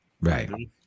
Right